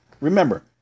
Remember